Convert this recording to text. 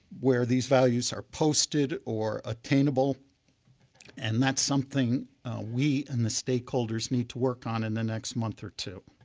where these values are posted or attainable and that's something we and the stakeholders need to work on in the next month or two.